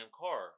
car